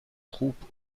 troupes